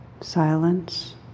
silence